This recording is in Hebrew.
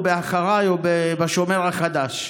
באחריי או בשומר החדש.